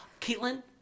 Caitlin